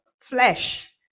flesh